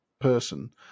person